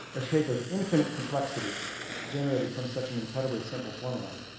a shape of infinite complexity generated from such an incredibly simple formula.